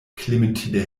clementine